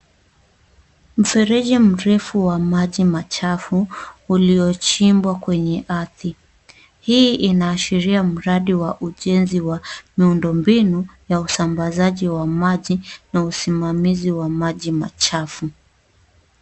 Mfereji mrefu wa maji machafu uliochimbwa kwenye ardhi. Hii inaashiria mradi wa ujenzi wa miundombinu ya usambazaji wa maji na usimamizi wa maji machafu.